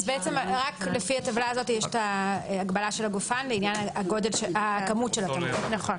בעצם לפי הטבלה הזו יש רק ההגבלה של הגופן לעניין כמות התמרוק.